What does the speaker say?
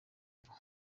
ubu